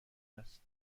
است